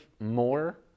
more